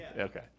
Okay